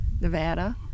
Nevada